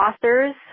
authors